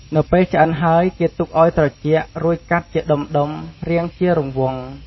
នៅពេលឆ្អិនហើយ គេទុកឱ្យត្រជាក់ រួចកាត់ជាដុំៗ រាងជារង្វង់។